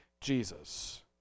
Jesus